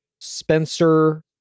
Spencer